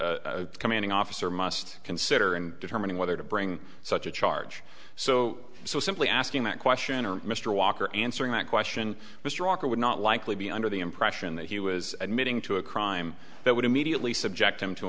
e commanding officer must consider and determining whether to bring such a charge so so simply asking that question or mr walker answering that question mr walker would not likely be under the impression that he was admitting to a crime that would immediately subject him to